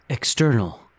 External